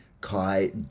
Kai